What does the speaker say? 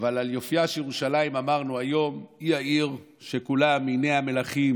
אבל על יופייה של ירושלים אמרנו היום: היא העיר שכולה מימי המלאכים,